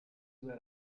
due